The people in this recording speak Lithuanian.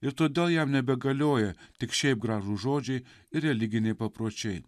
ir todėl jam nebegalioja tik šiaip gražūs žodžiai ir religiniai papročiai